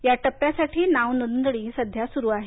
या टप्प्यासाठी नाव नोंदणी सध्या सुरू आहे